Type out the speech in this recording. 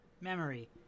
memory